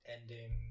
ending